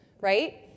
right